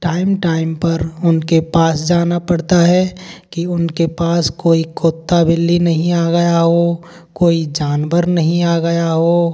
time time पर उनके पास जाना पड़ता है कि उनके पास कोई कुत्ता बिल्ली नहीं आ गया हो कोई जानवर नहीं आ गया हो